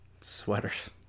Sweaters